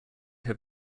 have